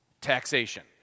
Taxation